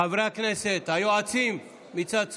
חברי הכנסת, היועצים מצד שמאל,